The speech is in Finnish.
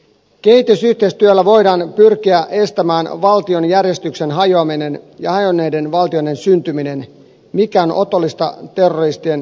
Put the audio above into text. kehitysyhteistyöllä voidaan pyrkiä estämään valtion järjestyksen hajoaminen ja hajonneiden valtioiden syntyminen mikä on otollista terroristien järjestäytymiselle